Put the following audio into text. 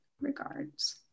regards